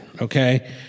okay